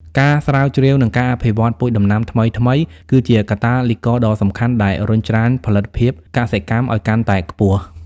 ការស្រាវជ្រាវ និងការអភិវឌ្ឍពូជដំណាំថ្មីៗ គឺជាកាតាលីករដ៏សំខាន់ដែលរុញច្រានផលិតភាពកសិកម្មឱ្យកាន់តែខ្ពស់។